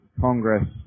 Congress